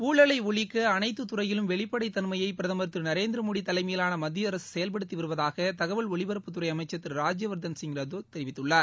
ஊழலை ஒழிக்க அனைத்துத்துறையிலும் வெளிப்படைத்தன்மையை பிரதமர் திரு நரேந்திர மோடி தலைமையிலான மத்திய அரசு செயவ்படுத்தி வருவதாக தகவல் ஒலிபரப்புத்துறை அமச்சர் திரு ராஜ்யவர்தன் சிங் ரத்தோர் தெரிவித்துள்ளார்